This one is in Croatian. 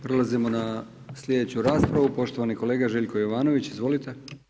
Prelazimo na sljedeću raspravu, poštovani kolega Željko Jovanović, izvolite.